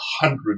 hundred